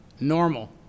normal